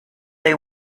they